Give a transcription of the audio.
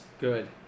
Good